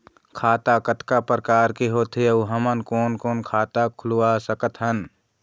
खाता कतका प्रकार के होथे अऊ हमन कोन कोन खाता खुलवा सकत हन?